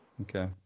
okay